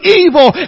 evil